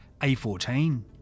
A14